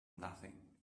nothing